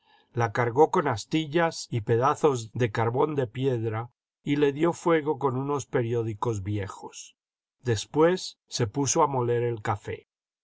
la cargó con astillas y pedazos de carbón de piedra y le dio fuego con unos periódicos viejos después se puso a moler el café